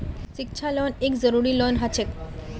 शिक्षा लोन एक जरूरी लोन हछेक